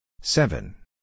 Seven